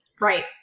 Right